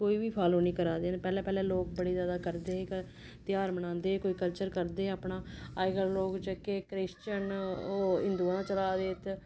कोई बी फालो निं करै दे न पैह्लै पैह्लै लोक बड़े ज्यादा करदे हे त्यहार मनांदे कोई कल्चर करदे हे अपना अज्जकल लोक जेह्के क्रिशचन ओह् हिंदुए दे चला दे ते